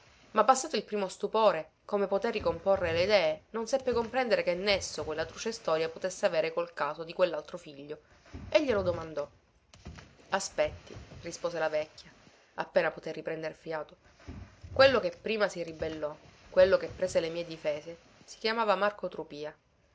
ma passato il primo stupore come poté ricomporre le idee non seppe comprendere che nesso quella truce storia potesse avere col caso di quellaltro figlio e glielo domandò aspetti rispose la vecchia appena poté riprender fiato quello che prima si ribellò quello che prese le mie difese si chiamava marco trupìa